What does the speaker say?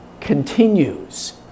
continues